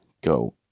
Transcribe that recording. go